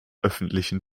öffentlichen